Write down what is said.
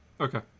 okay